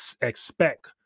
expect